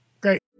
Great